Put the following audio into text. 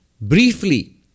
Briefly